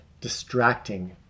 distracting